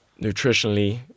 nutritionally